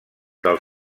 del